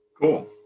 Cool